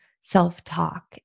self-talk